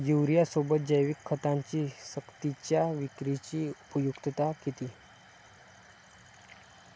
युरियासोबत जैविक खतांची सक्तीच्या विक्रीची उपयुक्तता किती?